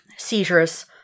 seizures